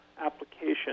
application